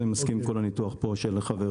אני מסכים עם כל הניתוח של חבריי,